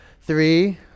Three